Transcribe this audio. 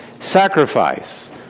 sacrifice